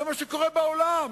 זה מה שקורה בעולם.